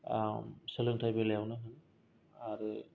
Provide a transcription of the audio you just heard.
सोलोंथाय बेलायावनो होनआरो